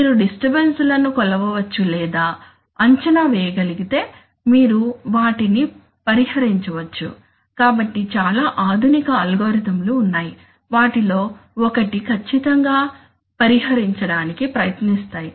మీరు డిస్టర్బన్స్ లను కొలవవచ్చు లేదా అంచనా వేయగలిగితే మీరు వాటిని పరిహరించ వచ్చు కాబట్టి చాలా ఆధునిక అల్గోరిథంలు ఉన్నాయి వాటిలో ఒకటి ఖచ్చితంగా పరిహరించడానికి ప్రయత్నిస్తాయి